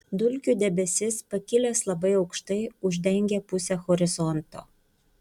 dulkių debesis pakilęs labai aukštai uždengia pusę horizonto